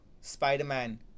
Spider-Man